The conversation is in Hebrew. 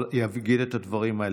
יגיד את הדברים האלה.